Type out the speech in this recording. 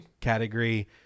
category